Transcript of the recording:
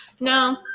No